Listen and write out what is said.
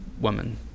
woman